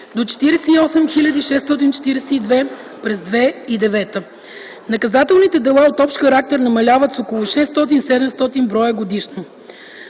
до 48 хил. 642 през 2009 г. Наказателните дела от общ характер намаляват с около 600-700 броя годишно.